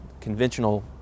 conventional